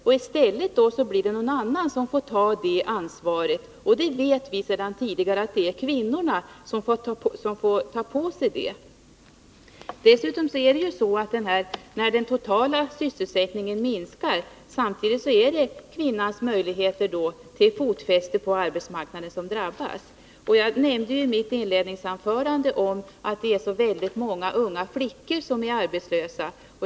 I stället blir det någon annan som får ta det ansvaret. Vi vet sedan tidigare att det är kvinnorna som får göra det. När den totala sysselsättningen minskar är det kvinnornas möjligheter att få fotfäste på arbetsmarknaden som drabbas. Jag nämnde i mitt inledningsanförande att det är så många unga flickor som är arbetslösa.